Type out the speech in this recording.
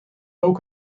ook